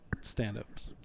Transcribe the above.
stand-ups